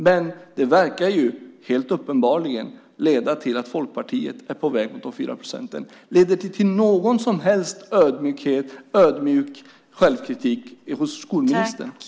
Men det verkar helt uppenbarligen leda till att Folkpartiet är på väg mot de 4 procenten. Leder det till någon som helst ödmjuk självkritik från skolministern?